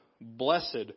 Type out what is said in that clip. Blessed